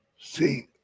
See